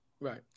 Right